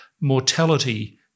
mortality